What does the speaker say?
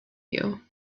you